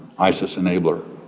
isis enabler.